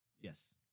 Yes